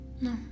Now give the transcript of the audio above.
No